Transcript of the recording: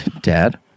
Dad